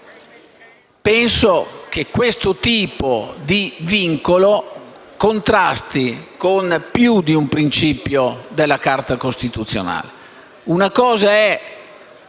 Penso che questo tipo di vincolo contrasti con più di un principio della Carta costituzionale.